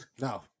no